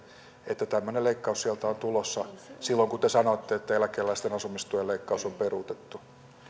että tämmöinen leikkaus sieltä on tulossa silloin kun te sanoitte että eläkeläisten asumistuen leikkaus on peruutettu